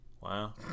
Wow